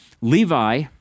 Levi